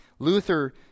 Luther